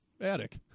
attic